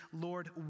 Lord